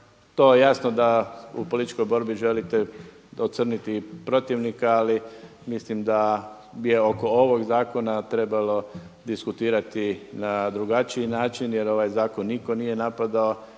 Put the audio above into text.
To je jasno da u političkoj borbi želite ocrniti protivnika ali mislim da je oko ovog zakona trebalo diskutirati na drugačiji način jer ovaj zakon nitko nije napadao.